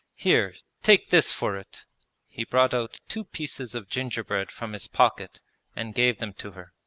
here, take this for it he brought out two pieces of gingerbread from his pocket and gave them to her.